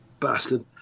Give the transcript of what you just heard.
bastard